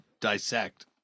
dissect